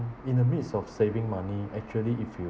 in the midst of saving money actually if you